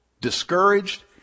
discouraged